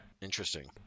Interesting